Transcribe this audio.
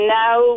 now